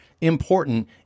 important